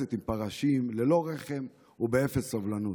ודורסת עם פרשים ללא רחם ובאפס סובלנות,